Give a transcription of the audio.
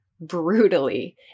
brutally